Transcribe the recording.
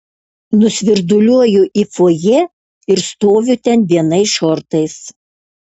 nusvirduliuoju į fojė ir stoviu ten vienais šortais